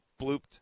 blooped